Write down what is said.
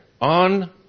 on